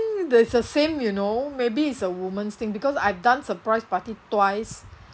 that's the same you know maybe it's a woman's thing because I've done surprise party twice